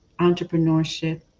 entrepreneurship